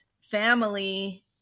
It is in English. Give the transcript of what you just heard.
family